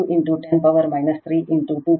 ಆದ್ದರಿಂದ ಇದು 5 j 31